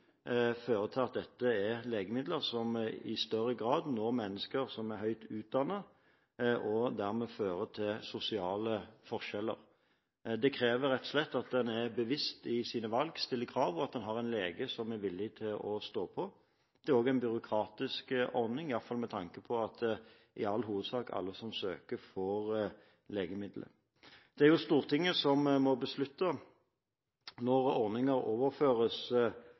fører til at dette er legemidler som i større grad når mennesker som er høyt utdannet. Dermed fører det til sosiale forskjeller. Det krever rett og slett at en er bevisst i sine valg, stiller krav, og at en har en lege som er villig til å stå på. Det er også en byråkratisk ordning, iallfall med tanke på at i all hovedsak alle som søker, får legemidlet. Det er Stortinget som må beslutte når ordninger overføres